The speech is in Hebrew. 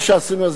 מה שעשינו,